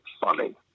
funny